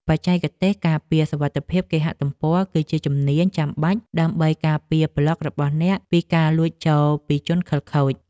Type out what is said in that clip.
បច្ចេកទេសការពារសុវត្ថិភាពគេហទំព័រ គឺជាជំនាញចាំបាច់ដើម្បីការពារប្លក់របស់អ្នកពីការលួចចូលពីជនខិលខូច។